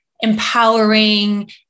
empowering